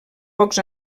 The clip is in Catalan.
pocs